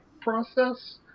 process